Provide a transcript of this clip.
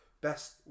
best